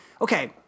okay